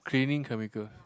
cleaning chemicals